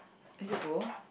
is it cold